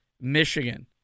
Michigan